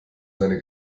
seine